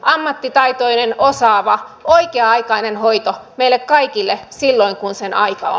ammattitaitoinen osaava oikea aikainen hoito meille kaikille silloin kun sen aika on